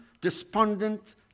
despondent